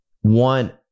one